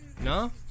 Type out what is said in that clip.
No